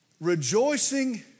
rejoicing